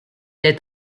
est